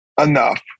enough